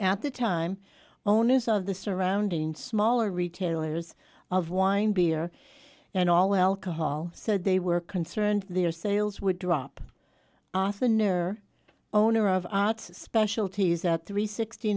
at the time owners of the surrounding smaller retailers of wine beer and all alcohol said they were concerned their sales would drop off the near owner of arts specialties are three sixty